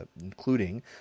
including